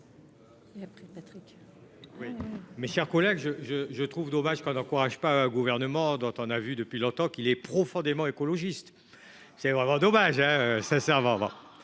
Mes chers collègues, je, je, je trouve dommage qu'on n'encourage pas un gouvernement dont on a vu depuis longtemps qu'il est profondément écologistes, c'est vraiment dommage, hein,